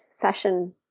fashion